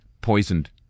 poisoned